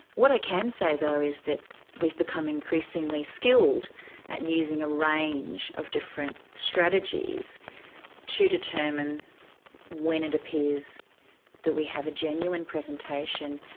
what i can say though is that we've become increasingly skilled at using a range of different strategies to determine when it appears that we have a genuine presentation,